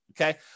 okay